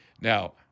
Now